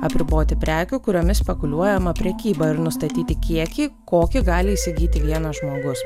apriboti prekių kuriomis spekuliuojama prekyba ir nustatyti kiekį kokį gali įsigyti vienas žmogus